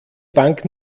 bank